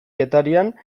getarian